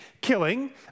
killing